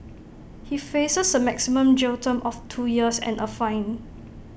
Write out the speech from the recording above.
he faces A maximum jail term of two years and A fine